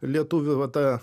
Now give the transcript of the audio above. lietuvių va ta